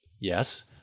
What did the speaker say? Yes